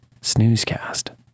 snoozecast